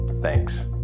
Thanks